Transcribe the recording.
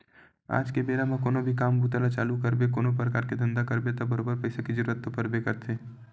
आज के बेरा म कोनो भी काम बूता ल चालू करबे कोनो परकार के धंधा करबे त बरोबर पइसा के जरुरत तो पड़बे करथे